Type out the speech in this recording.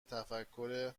تفکر